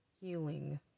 healing